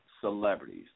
celebrities